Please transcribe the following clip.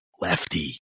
lefty